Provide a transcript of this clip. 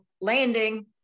Landing